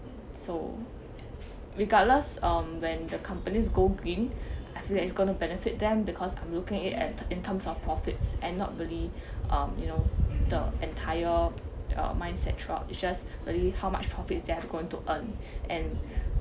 so regardless um when the companies go green I feel that's gonna benefit them because I'm looking it at in terms of profits and not really um you know the entire uh mindset throughout it's just really how much profit they have gone to earn and